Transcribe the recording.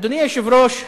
אדוני היושב-ראש,